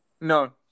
No